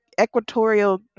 Equatorial